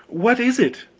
what is it?